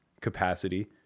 capacity